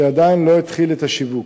שעדיין לא התחיל את השיווק.